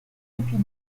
depuis